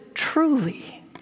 Truly